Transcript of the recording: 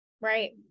right